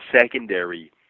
secondary